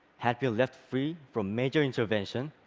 had been left free from major intervention,